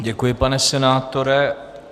Děkuji, pane senátore.